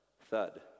thud